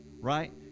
right